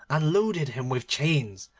and loaded him with chains,